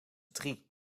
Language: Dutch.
drie